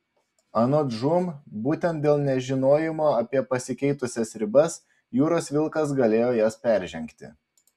anot žūm būtent dėl nežinojimo apie pasikeitusias ribas jūros vilkas galėjo jas peržengti